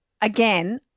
again